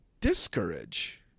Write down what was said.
discourage